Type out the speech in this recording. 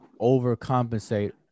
overcompensate